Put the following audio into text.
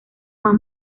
más